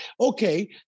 okay